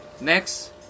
Next